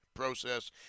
Process